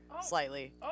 slightly